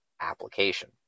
application